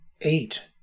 Eight